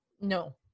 No